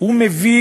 מביא